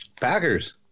Packers